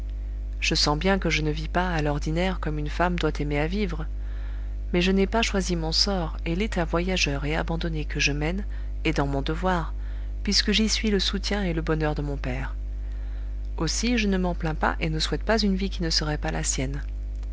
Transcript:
je sens bien que je ne vis pas à l'ordinaire comme une femme doit aimer à vivre mais je n'ai pas choisi mon sort et l'état voyageur et abandonné que je mène est dans mon devoir puisque j'y suis le soutien et le bonheur de mon père aussi je ne m'en plains pas et ne souhaite pas une vie qui ne serait pas la sienne